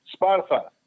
Spotify